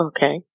Okay